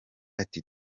ati